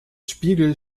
spiegel